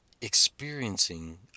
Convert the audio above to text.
experiencing